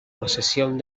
procesión